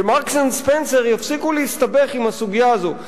ש"מרקס אנד ספנסר" יפסיקו להסתבך עם הסוגיה הזו,